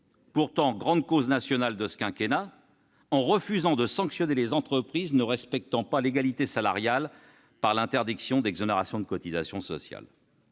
pourtant grande cause nationale de ce quinquennat, en refusant de sanctionner les entreprises ne respectant pas l'égalité salariale par l'interdiction d'exonération de cotisations sociales.